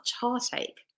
heartache